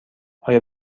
آیا